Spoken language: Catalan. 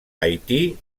haití